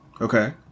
okay